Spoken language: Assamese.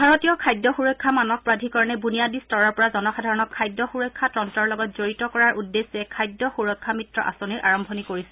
ভাৰতীয় খাদ্য সুৰক্ষা মানক প্ৰাধিকৰণে বুনিয়াদী স্তৰৰ পৰা জনসাধাৰণক খাদ্য সুৰক্ষা তন্তৰৰ লগত জড়িত কৰাৰ উদ্দেশ্যে খাদ্য সুৰক্ষা মিত্ৰ আঁচনিৰ আৰম্ভণি কৰিছে